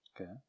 okay